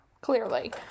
clearly